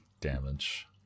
damage